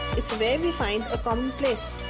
it's where we find a common place.